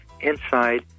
inside